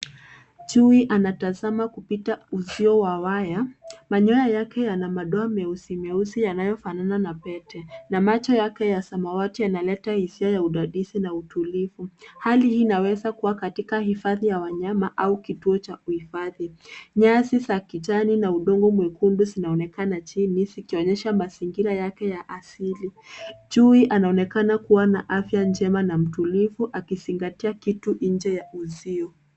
Chui anatazama kupita uzio wa waya. Manyoya yake yana madoa meusi meusi yanayofanana na pete na macho yake ya samawati yanaleta hisia ya udadisi na utulivu. Hali hii inaweza kuwa katika hifadhi ya wanyama au kituo cha uhifadhi. Nyasi za kijani na udongo mwekundu zinaonekana chini zikionyesha mazingira yake ya asili. Chui anaonekana kuwa na afya njema na mtulivu akizingatia kitu nje ya uzio.